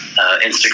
Instagram